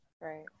Right